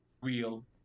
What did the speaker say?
real